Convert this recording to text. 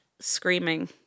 screaming